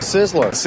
Sizzler